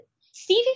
Steve